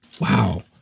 Wow